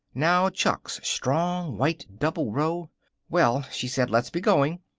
now, chuck's strong, white, double row well, she said, let's be going.